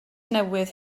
newydd